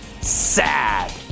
sad